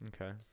Okay